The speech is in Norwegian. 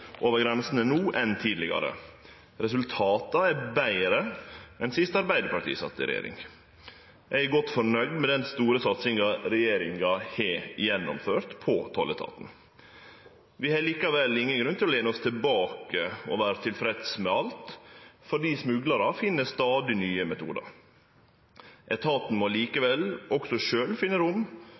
over grensene no enn tidlegare. Resultata er betre enn sist Arbeidarpartiet sat i regjering. Eg er godt fornøgd med den store satsinga regjeringa har gjennomført når det gjeld tolletaten. Vi har likevel ingen grunn til å lene oss tilbake og vere tilfredse med alt, for smuglarar finn stadig nye metodar. Etaten må likevel også sjølv finne rom